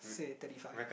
say thirty five